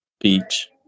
Beach